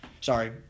Sorry